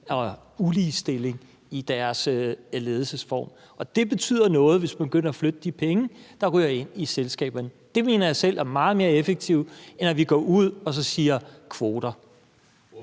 og uligestilling i deres ledelsesform, og det betyder noget, hvis man begynder at flytte de penge, der ryger ind i selskaberne. Det mener jeg selv er meget mere effektivt, end at vi går ud og siger: kvoter.